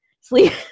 sleep